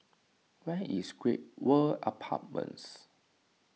where is Great World Apartments